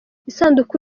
isanduku